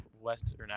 Western